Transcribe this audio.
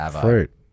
fruit